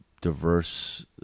Diverse